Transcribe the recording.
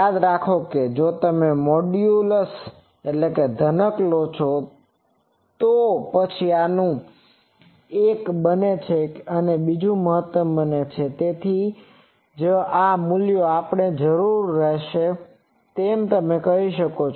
યાદ રાખો કે જો તમે મોડ્યુલસmodulusઘનક લો છો તો આ પછીનુ એક બને છે અને બીજું મહત્તમ બને છે તેથી જ આ મૂલ્યની આપણને જરૂર રહેશે તેમ તમે કહી શકો છો